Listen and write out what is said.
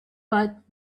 but